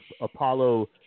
Apollo